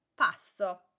passo